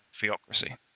theocracy